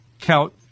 count